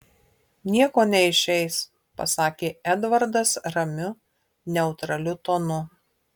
nieko neišeis pasakė edvardas ramiu neutraliu tonu